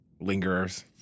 Lingerers